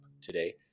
today